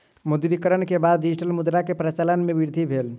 विमुद्रीकरण के बाद डिजिटल मुद्रा के प्रचलन मे वृद्धि भेल